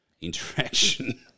interaction